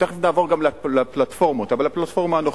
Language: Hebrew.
תיכף נעבור גם לפלטפורמות, אבל הפלטפורמה הנוכחית.